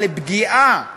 פגיעה אנושה,